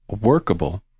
workable